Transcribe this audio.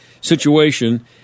situation